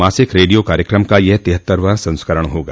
मासिक रेडियो कार्यक्रम का यह तिहत्तरवां संस्करण होगा